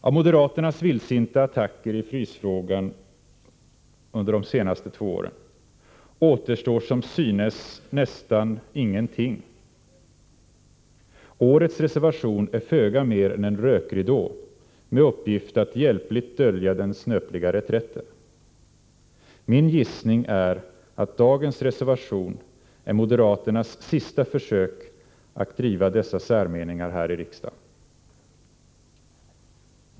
Av moderaternas vildsinta attacker i frysfrågan återstår som synes nästan ingenting. Årets reservation är föga mer än en rökridå med uppgift att hjälpligt dölja den snöpliga reträtten. Min gissning är att dagens reservation är moderaternas sista försök att driva dessa särmeningar här i riksdagen.